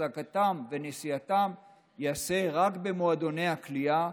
החזקתם ונשיאתם ייעשו רק במועדוני הקליעה